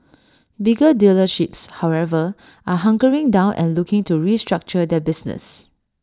bigger dealerships however are hunkering down and looking to restructure their business